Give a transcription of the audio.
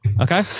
Okay